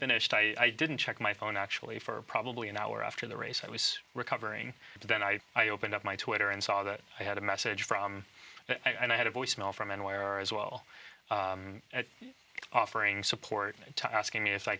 finished i didn't check my phone actually for probably an hour after the race i was recovering but then i i opened up my twitter and saw that i had a message from that i had a voicemail from anywhere as well as offering support to asking me